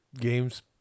games